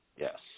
Yes